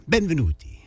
Benvenuti